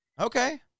Okay